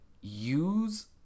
use